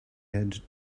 had